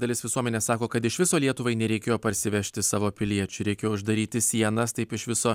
dalis visuomenės sako kad iš viso lietuvai nereikėjo parsivežti savo piliečių reikėjo uždaryti sienas taip iš viso